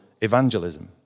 evangelism